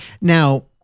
Now